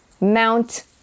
mount